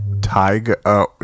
Tiger